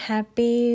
Happy